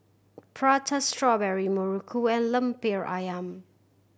Prata Strawberry muruku and Lemper Ayam